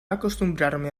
acostumbrarme